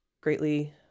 greatly